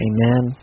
Amen